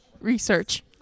research